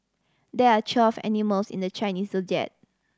there are twelve animals in the Chinese Zodiac